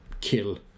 kill